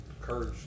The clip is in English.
courage